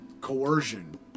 coercion